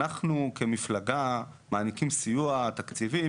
אנחנו במפלגה מעניקים סיוע תקציבי,